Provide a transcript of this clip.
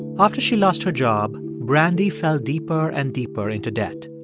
after she lost her job, brandy fell deeper and deeper into debt.